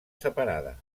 separada